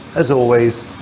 as always,